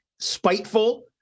spiteful